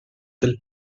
del